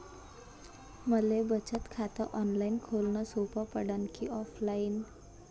मले बचत खात ऑनलाईन खोलन सोपं पडन की ऑफलाईन?